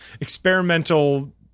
experimental